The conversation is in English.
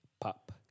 Pop